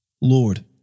Lord